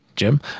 jim